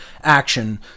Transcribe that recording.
action